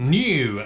new